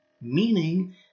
meaning